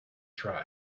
try